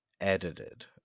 edited